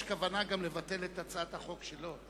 יש כוונה לבטל גם את הצעת החוק שלו.